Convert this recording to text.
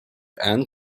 and